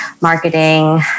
marketing